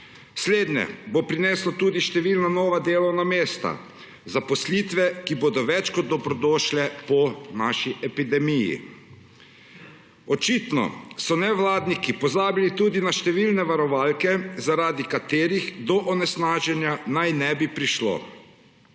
Slednje bo prineslo tudi številna nova delovna mesta, zaposlitve, ki bodo več kot dobrodošle po naši epidemiji. Očitno so nevladniki pozabili tudi na številne varovalke, zaradi katerih do onesnaženja naj ne bi prišlo.